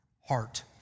heart